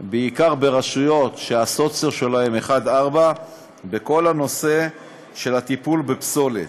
בעיקר ברשויות שהסוציו שלהם 1 4 בכל הנושא של הטיפול בפסולת.